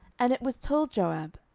and it was told joab,